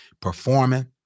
performing